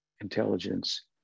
intelligence